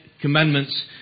Commandments